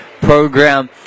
program